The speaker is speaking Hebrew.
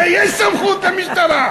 הרי יש סמכות למשטרה.